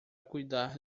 cuidar